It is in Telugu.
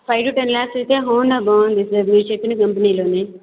ఫైవ్ టూ టెన్ లాక్స్ అయితే హోండా బాగుంది సార్ మీరు చెప్పిన కంపెనీలోనే